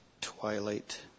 twilight